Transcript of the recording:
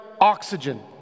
oxygen